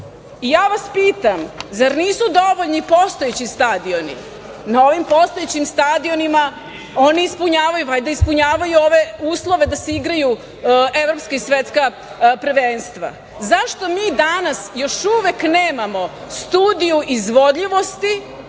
Ja vas pitam, zar nisu dovoljni postojeći stadioni, na ovim postojećim stadionima oni ispunjavaju ove uslove da se igraju evropska i svetska prvenstva.Zašto mi danas još uvek nemamo studio izvodljivosti